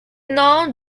noms